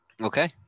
Okay